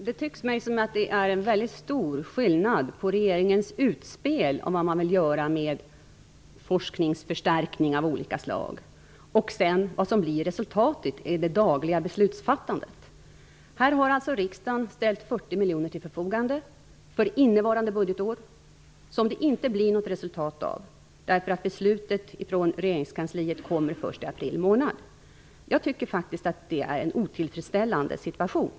Fru talman! Det tycks mig vara stor skillnad mellan regeringens utspel om vad man vill göra med forskningsförstärkningar av olika slag och vad som blir resultatet i det dagliga beslutsfattandet. Riksdagen har alltså ställt 40 miljoner till förfogande för innevarande budgetår. Av dessa blir det inte något resultat, eftersom beslutet från regeringskansliet först kom i april månad. Det är faktiskt en otillfredsställande situation.